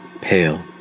pale